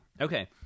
Okay